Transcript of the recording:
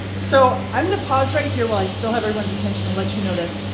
so i'm going to pause right here. well, i still have everyone's attention and let you know this.